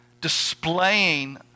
displaying